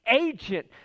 agent